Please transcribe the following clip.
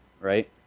right